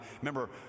remember